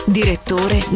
direttore